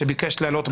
שביקש לעלות בזום,